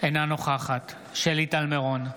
אינה נוכחת שלי טל מירון,